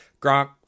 Gronk